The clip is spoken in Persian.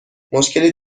مشکلی